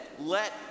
let